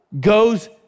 goes